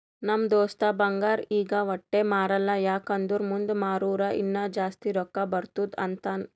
ನಮ್ ದೋಸ್ತ ಬಂಗಾರ್ ಈಗ ವಟ್ಟೆ ಮಾರಲ್ಲ ಯಾಕ್ ಅಂದುರ್ ಮುಂದ್ ಮಾರೂರ ಇನ್ನಾ ಜಾಸ್ತಿ ರೊಕ್ಕಾ ಬರ್ತುದ್ ಅಂತಾನ್